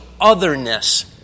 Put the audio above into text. otherness